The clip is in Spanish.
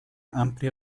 amplia